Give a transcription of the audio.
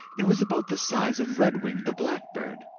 it was about the size of redwing the blackbird.